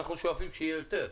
אנחנו שואפים שיהיה יותר,